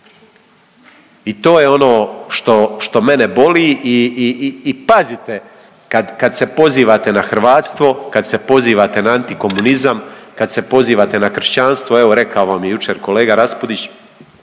I to je ono što mene boli. I pazite kad se pozivate na hrvatstvo, kad se pozivate na antikomunizam, kad se pozivate na kršćanstvo evo rekao vam je jučer kolega Raspudić